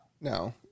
No